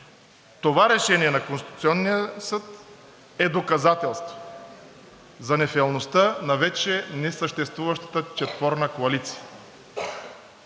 Това решение на Конституционния съд е доказателство за нефелността на вече несъществуващата четворна коалиция.